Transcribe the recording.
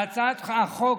להצעת החוק